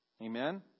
Amen